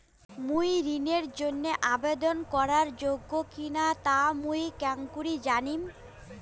মুই ঋণের জন্য আবেদন করার যোগ্য কিনা তা মুই কেঙকরি জানিম?